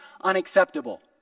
unacceptable